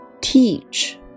Teach